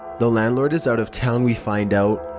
the landlord is out of town we find out,